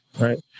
right